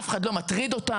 אף אחד לא מטריד אותן,